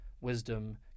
Wisdom